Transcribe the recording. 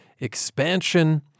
expansion